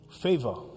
Favor